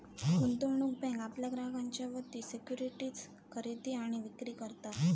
गुंतवणूक बँक आपल्या ग्राहकांच्या वतीन सिक्युरिटीज खरेदी आणि विक्री करता